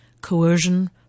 coercion